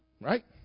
right